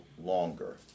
longer